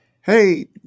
Hey